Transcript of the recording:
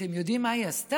אתם יודעים מה היא עשתה?